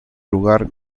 lugar